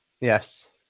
Yes